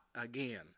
again